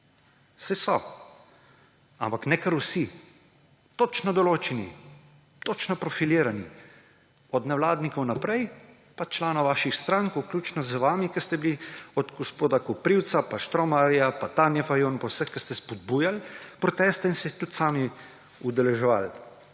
Saj so, ampak ne kar vsi. Točno določeni, točno profilirani, od nevladnikov naprej pa članov vaših strank, vključno z vami, od gospoda Koprivca pa Štromajerja do Tanje Fajon pa vseh, ki ste spodbujali proteste in se jih tudi sami udeleževali.